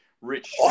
rich